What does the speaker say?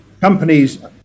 Companies